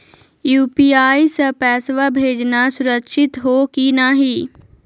UPI स पैसवा भेजना सुरक्षित हो की नाहीं?